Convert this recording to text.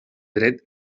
dret